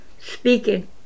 speaking